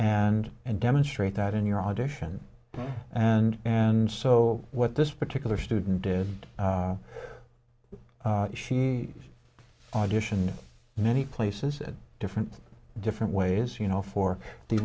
and demonstrate that in your audition and and so what this particular student did she auditioned many places at different different ways you know for the